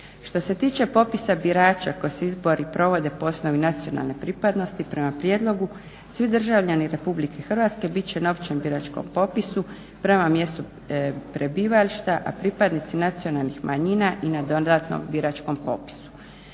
Što se tiče popisa birača koji se izbori provode po osnovi nacionalne pripadnosti prema prijedlogu svi državljani RH bit će na općem biračkom popisu prema mjestu prebivališta, a pripadnici nacionalnih manjina i na dodatnom biračkom popisu.